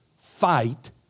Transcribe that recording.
fight